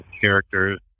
characters